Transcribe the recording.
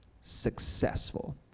Successful